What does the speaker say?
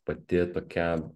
pati tokia